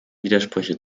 widersprüche